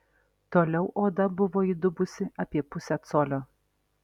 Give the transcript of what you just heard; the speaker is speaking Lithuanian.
toliau oda buvo įdubusi apie pusę colio